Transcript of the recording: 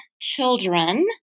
children